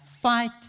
fight